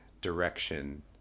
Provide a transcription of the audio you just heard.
direction